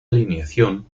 alineación